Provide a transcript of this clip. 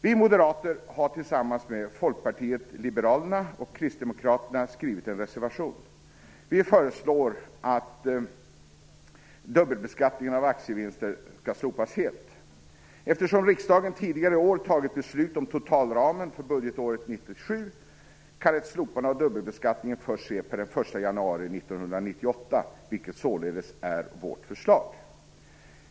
Vi moderater har tillsammans med Folkpartiet liberalerna och Kristdemokraterna skrivit en reservation. Vi föreslår att dubbelbeskattningen av aktievinster helt skall slopas. Eftersom riksdagen tidigare i år fattat beslut om totalramen för budgetåret 1997 kan ett slopande av dubbelbeskattningen ske först per den 1 januari 1998, vilket således är vårt förslag.